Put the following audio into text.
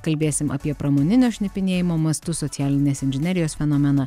kalbėsim apie pramoninio šnipinėjimo mastus socialinės inžinerijos fenomeną